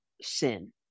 sin